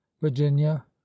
virginia